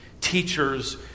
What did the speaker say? teachers